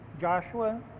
Joshua